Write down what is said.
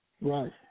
Right